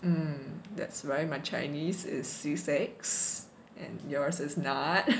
um that's why my chinese is c six and yours is not